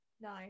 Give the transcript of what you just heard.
No